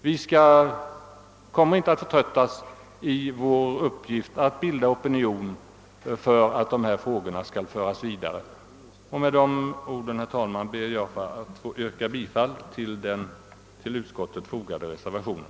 Vi kommer inte ait förtröttas i vår uppgift att skapa opinion för att dessa frågor skall föras vidare. Med dessa ord ber jag att få yrka bifall till den vid utskottsutlåtandet fogade reservationen.